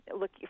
look